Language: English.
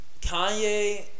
Kanye